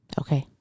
okay